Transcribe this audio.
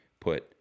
put